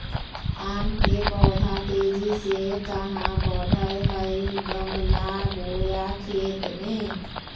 आम के पौधा तेजी से कहा बढ़य हैय गमला बोया खेत मे?